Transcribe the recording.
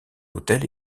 autel